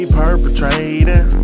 perpetrating